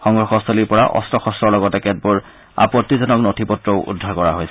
সংঘৰ্ষস্থলীৰ পৰা অস্ত্ৰ শস্ত্ৰৰ লগতে কেতবোৰ আপত্তিজনক নথিপত্ৰও উদ্ধাৰ কৰা হৈছে